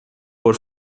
por